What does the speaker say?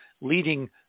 leading